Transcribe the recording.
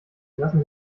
lassen